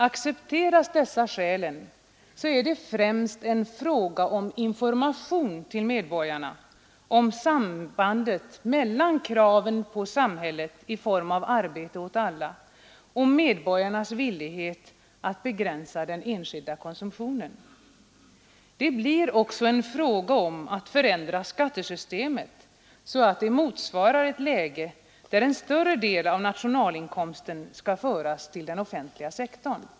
Accepteras dessa skäl är det främst en fråga om information till medborgarna om sambandet mellan kraven på samhället i form av arbete åt alla och medborgarnas villighet att begränsa den enskilda konsumtionen. Det blir också en fråga om att förändra skattesystemet så att det motsvarar ett läge där en större del av nationalinkomsten skall föras till den offentliga sektorn.